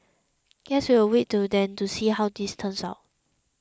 guess we'll wait till then to see how this turns out